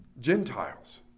Gentiles